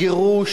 הגירוש,